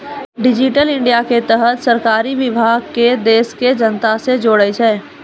digital India के तहत सरकारी विभाग के देश के जनता से जोड़ै छै